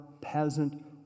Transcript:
peasant